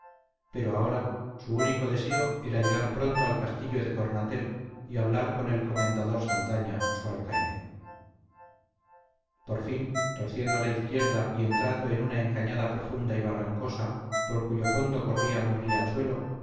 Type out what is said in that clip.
pero ahora su único deseo era llegar pronto al castillo de cornatel y hablar con el comendador saldaña su alcaide por fin torciendo a la izquierda y entrando en una encañada profunda y barrancosa por cuyo fondo corría un riachuelo